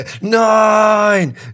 Nine